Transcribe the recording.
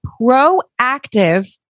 proactive